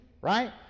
right